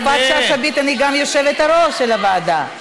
יפעת שאשא ביטון היא גם היושבת-ראש של הוועדה.